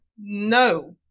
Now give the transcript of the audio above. No